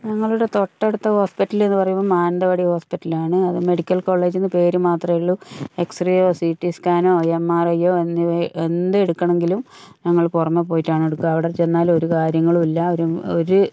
ഞങ്ങളുടെ തൊട്ട് അടുത്ത ഹോസ്പിറ്റലെന്നു പറയുമ്പോൾ മാനന്തവാടി ഹോസ്പിറ്റലാണ് അത് മെഡിക്കൽ കോളേജെന്നു പേര് മാത്രമേ ഉള്ളൂ എക്സറെയോ സി ടി സ്കാനോ എം ആർ ഐയോ എന്നിവ എന്ത് എടുക്കണമെങ്കിലും ഞങ്ങൾ പുറമെ പോയിട്ടാണ് എടുക്കുക അവിടെ ചെന്നാൽ ഒരു കാര്യങ്ങളും ഇല്ല ഒരു